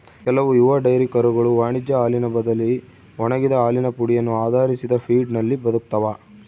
ಕೆಲವು ಯುವ ಡೈರಿ ಕರುಗಳು ವಾಣಿಜ್ಯ ಹಾಲಿನ ಬದಲಿ ಒಣಗಿದ ಹಾಲಿನ ಪುಡಿಯನ್ನು ಆಧರಿಸಿದ ಫೀಡ್ನಲ್ಲಿ ಬದುಕ್ತವ